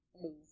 move